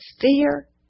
fear